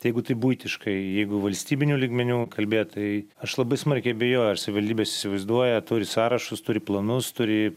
tai jeigu taip buitiškai jeigu valstybiniu lygmeniu kalbėt tai aš labai smarkiai abejoju ar savivaldybės įsivaizduoja turi sąrašus turi planus turi